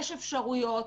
יש אפשרויות,